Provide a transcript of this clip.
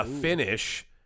finish